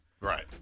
Right